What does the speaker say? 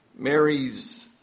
Mary's